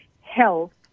health